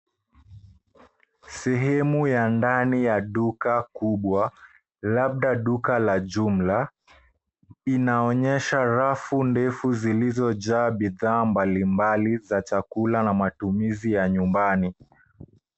Sehemu ya ndani ya duka kubwa, labda duka la jumla. Inaonyesha rafu ndefu zilizojaa bidhaa mbali mbali za chakula na matumizi ya nyumbani.